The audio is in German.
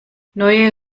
neue